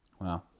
Wow